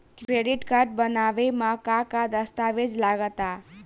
Credit card बनवावे म का का दस्तावेज लगा ता?